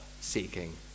seeking